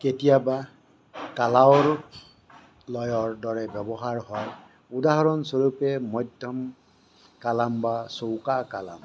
কেতিয়াবা লয়ৰ দৰে ব্যৱহাৰ হয় উদাহৰণস্বৰূপে মধ্যম কালাম বা চৌকা কালাম